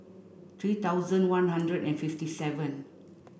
three thousand one hundred and fifty seven